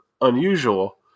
unusual